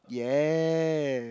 yes